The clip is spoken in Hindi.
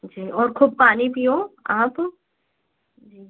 जी और खूब पानी पियो आप जी